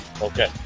okay